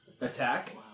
Attack